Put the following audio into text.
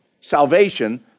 salvation